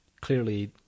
clearly